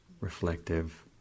reflective